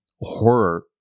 horror